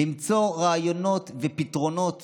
למצוא רעיונות ופתרונות